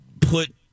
put